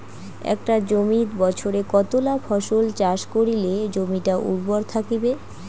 একটা জমিত বছরে কতলা ফসল চাষ করিলে জমিটা উর্বর থাকিবে?